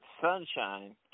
sunshine